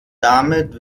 damit